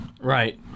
Right